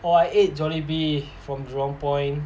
oh I ate Jollibee from jurong point